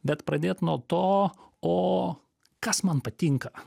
bet pradėt nuo to o kas man patinka